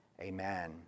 amen